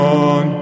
on